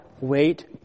wait